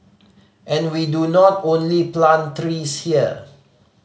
and we do not only plant trees here